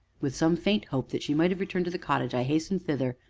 with some faint hope that she might have returned to the cottage, i hastened thither,